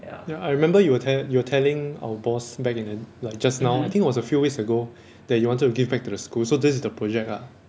ya I remember you were tell~ you were telling our boss back at the like just now I think was a few weeks ago that you wanted to give back to the school so this is the project lah